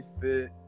fit